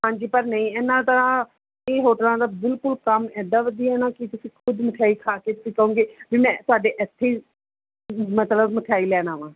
ਹਾਂਜੀ ਪਰ ਨਹੀਂ ਐਨਾ ਤਾਂ ਇਹ ਹੋਟਲਾਂ ਦਾ ਬਿਲਕੁਲ ਕੰਮ ਐਡਾ ਵਧੀਆ ਨਾ ਕਿ ਤੁਸੀਂ ਖੁਦ ਮਠਿਆਈ ਖਾ ਕੇ ਤੁਸੀਂ ਕਹੋਂਗੇ ਵੀ ਮੈਂ ਤੁਹਾਡੇ ਇੱਥੇ ਮਤਲਬ ਮਠਿਆਈ ਲੈਣ ਆਵਾਂ